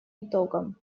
итогам